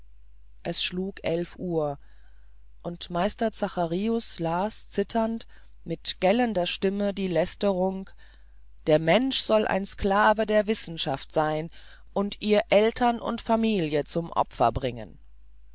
es schlug elf uhr und meister zacharius las zitternd mit gellender stimme die lästerung der mensch soll ein sklave der wissenschaft sein und ihr eltern und familie zum opfer bringen